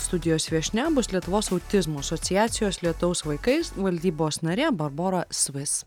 studijos viešnia bus lietuvos autizmo asociacijos lietaus vaikais valdybos narė barbora svis